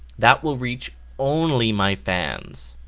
that will reach only my fans,